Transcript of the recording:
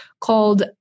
called